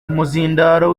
umuzindaro